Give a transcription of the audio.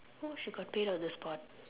who she got paid on the spot